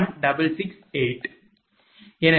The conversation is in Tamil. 4661668